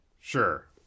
Sure